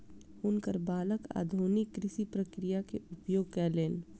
हुनकर बालक आधुनिक कृषि प्रक्रिया के उपयोग कयलैन